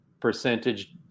percentage